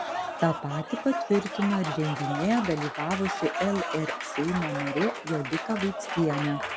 tą patį patvirtino ir renginyje dalyvavusi lr seimo narė jolita vaickienė